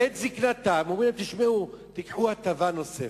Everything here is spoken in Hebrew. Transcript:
לעת זיקנתם אומרים להם: תשמעו, תיקחו הטבה נוספת.